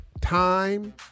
Time